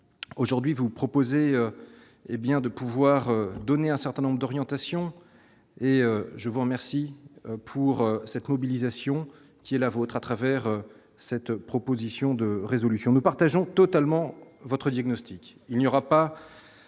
aujourd'hui, vous proposez, hé bien de pouvoir donner un certain nombre d'orientations et je vous remercie pour cette mobilisation qui est la vôtre à travers cette proposition de résolution nous partageons totalement votre diagnostic,